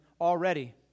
already